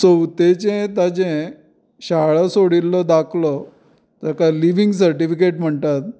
चवथेचें ताजें शाळा सोडिल्लो दाखलो ताका लिवींग सरटीफिकेट म्हणटात